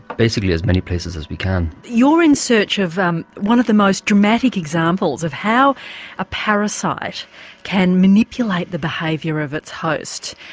basically as many places as we can. you're in search of um one of the most dramatic examples of how a parasite can manipulate the behaviour of its host,